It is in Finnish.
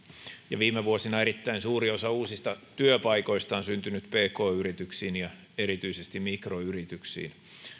ja viime vuosina erittäin suuri osa uusista työpaikoista on syntynyt pk yrityksiin ja erityisesti mikroyrityksiin